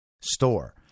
store